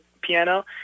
piano